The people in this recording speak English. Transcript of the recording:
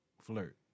Flirt